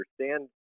understand